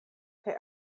kaj